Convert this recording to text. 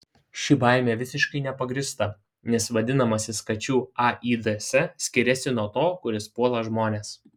ši baimė visiškai nepagrįsta nes vadinamasis kačių aids skiriasi nuo to kuris puola žmones